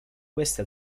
queste